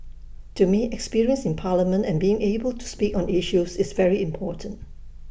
to me experience in parliament and being able to speak on issues is very important